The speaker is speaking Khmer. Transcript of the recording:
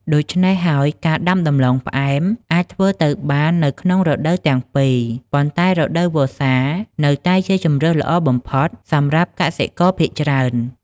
ដូច្នេះហើយ ការដាំដំឡូងផ្អែមអាចធ្វើទៅបាននៅក្នុងរដូវទាំងពីរ ប៉ុន្តែរដូវវស្សានៅតែជាជម្រើសល្អបំផុតសម្រាប់កសិករភាគច្រើន។